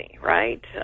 right